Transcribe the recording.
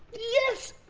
yes!